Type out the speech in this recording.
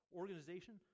organization